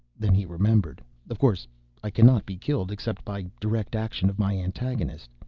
then he remembered of course i cannot be killed except by direct action of my antagonist.